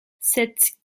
cette